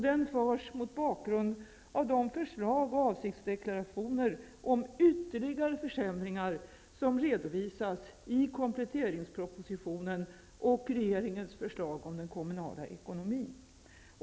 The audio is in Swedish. Den förs också mot bakgrund av de förslag och avsiktsdeklarationer om ytterligare försämringar som redovisas i kompletteringspropositionen och regeringens förslag om den kommunala ekonomin.